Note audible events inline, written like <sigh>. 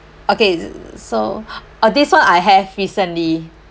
okay so <breath> uh this one I have recently